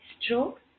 stroke